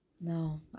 No